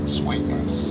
sweetness